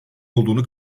olduğunu